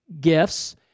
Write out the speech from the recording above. gifts